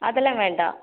அதெல்லாம் வேண்டாம்